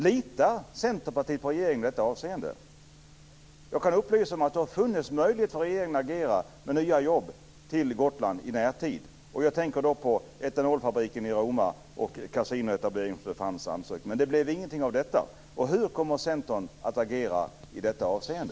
Litar Centerpartiet på regeringen i detta avseende? Jag kan upplysa om att det har funnits möjligheter för regeringen att agera för nya jobb till Gotland i närtid. Jag tänker då på etanolfabriken i Roma och på kasinoetableringen. Det fanns ansökningar, men det blev ingenting av detta. Hur kommer Centern att agera i detta hänseende?